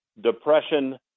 Depression